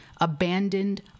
abandoned